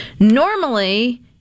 Normally